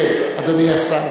אדוני השר,